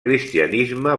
cristianisme